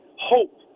hope